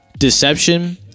Deception